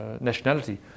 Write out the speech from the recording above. nationality